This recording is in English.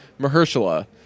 Mahershala